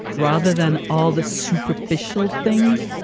rather than all the superficial things?